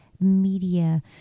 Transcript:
media